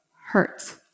hurt